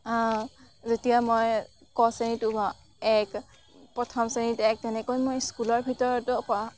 যেতিয়া মই ক শ্ৰেণীত ৱ এক প্ৰথম শ্ৰেণীত এক তেনেকৈ মই স্কুলৰ ভিতৰতো